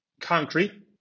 concrete